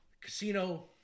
Casino